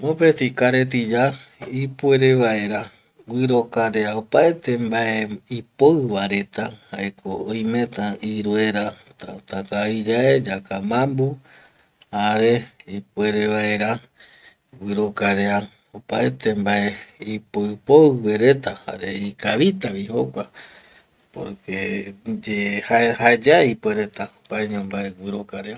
Mopeti karetiya ipuere vaera guirokarea opaete mbae ipoiva reta jaeko oimeta iruera täta kaviyae yakamambu jare ipuere vaera guirokarea opaete mbae ipoipoigue retajare ikavitavi jokua porque jayae ipuereta opaño mbae guirokarea